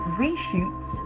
reshoots